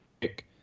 pick